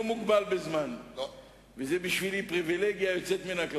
ובתוכם שרי חינוך בעבר.